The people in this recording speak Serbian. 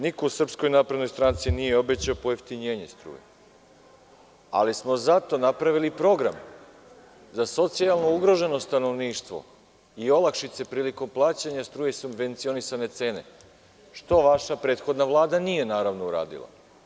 Niko u SNS nije obećao pojeftinjenje struje, ali smo zato napravili program za socijalno ugroženo stanovništvo i olakšice prilikom plaćanja struje i subvencionisane cene, što vaša prethodna Vlada nije uradila.